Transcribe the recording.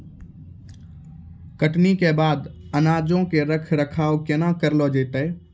कटनी के बाद अनाजो के रख रखाव केना करलो जैतै?